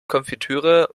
konfitüre